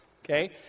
Okay